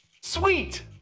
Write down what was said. Sweet